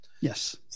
Yes